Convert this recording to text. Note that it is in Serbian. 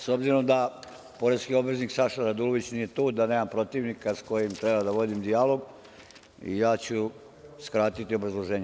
S obzirom da poreski obveznik Saša Radulović nije tu, da nemam protivnika s kojim treba da vodim dijalog, ja ću skratiti obrazloženje.